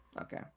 Okay